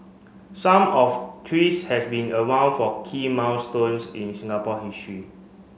some of trees has been around for key milestones in Singapore history